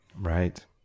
Right